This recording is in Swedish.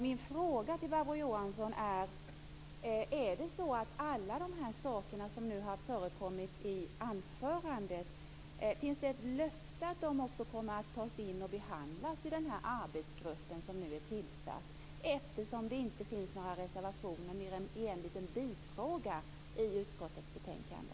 Min fråga till Barbro Johansson är: Finns det ett löfte om att alla de saker som förekom i anförandet kommer att behandlas i den arbetsgrupp som nu är tillsatt, eftersom det inte finns några reservationer mer än när det gäller en liten bifråga i utskottets betänkande?